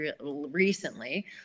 recently